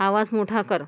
आवाज मोठा कर